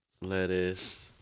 Lettuce